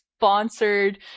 sponsored